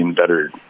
better